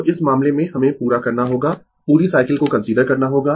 तो इस मामले में हमें पूरा करना होगा पूरी साइकिल को कंसीडर करना होगा